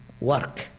work